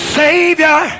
savior